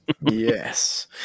yes